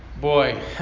Boy